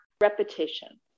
repetition